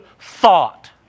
thought